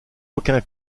aucun